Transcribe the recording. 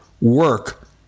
work